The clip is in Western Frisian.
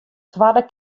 twadde